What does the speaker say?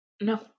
No